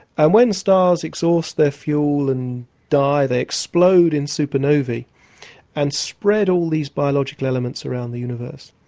and when stars exhaust their fuel and die, they explode in supernovae and spread all these biological elements around the universe.